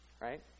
Right